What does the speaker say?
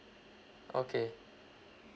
okay